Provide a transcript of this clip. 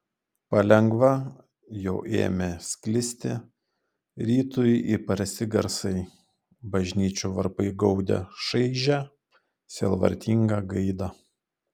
palengva jau ėmė sklisti rytui įprasti garsai bažnyčių varpai gaudė šaižia sielvartinga gaida